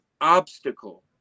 obstacle